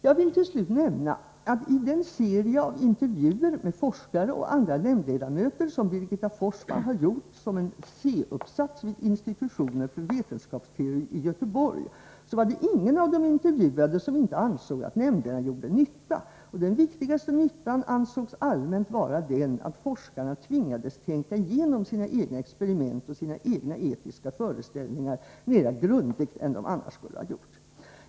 Jag vill till slut nämna, att i den serie av intervjuer med forskare och andra nämndledamöter, som Birgitta Forsman har gjort som en C-uppsats vid institutionen för vetenskapsteori i Göteborg, var det ingen av de intervjuade som inte ansåg att nämnderna gjorde nytta. Den viktigaste nyttan ansågs allmänt vara den, att forskarna tvingades tänka igenom sina egna experiment och sina egna etiska föreställningar mera grundligt än de annars skulle ha gjort.